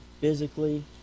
physically